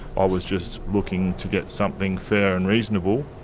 i was just looking to get something fair and reasonable.